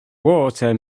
water